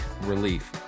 relief